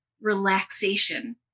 relaxation